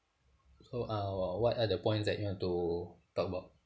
so uh what are the points that you want to talk about